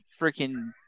freaking